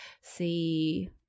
see